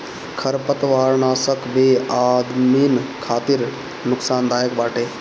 खरपतवारनाशक भी आदमिन खातिर नुकसानदायक बाटे